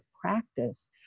practice